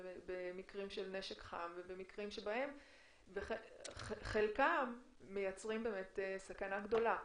במקרים של נשק חם ובמקרים שחלקם מייצרים סכנה גדולה,